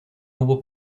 hubo